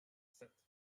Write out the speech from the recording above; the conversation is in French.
sept